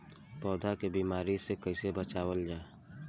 पौधा के बीमारी से कइसे बचावल जा?